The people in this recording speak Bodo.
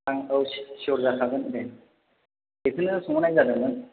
आं औ सियर जाखागोन दे बेखौनो सोंहरनाय जादोंमोन